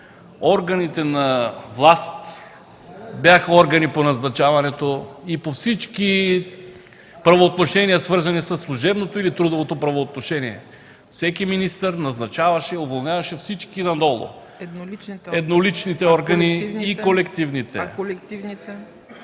органите на власт бяха органи по назначаването и по всички правоотношения, свързани със служебното или трудовото правоотношение. Всеки министър назначаваше и уволняваше всички надолу. ПРЕДСЕДАТЕЛ ЦЕЦКА ЦАЧЕВА: Едноличните органи. А колективните?